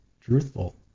truthful